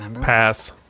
Pass